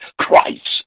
Christ